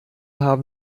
haben